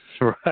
right